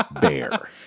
bear